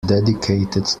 dedicated